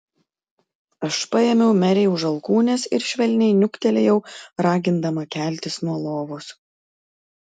aš paėmiau merei už alkūnės ir švelniai niuktelėjau ragindama keltis nuo lovos